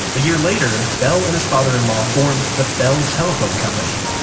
a year later, bell and his father-in-law formed the bell telephone company.